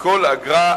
מכל אגרה,